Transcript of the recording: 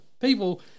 people